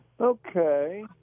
okay